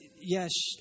yes